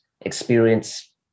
experience